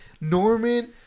Norman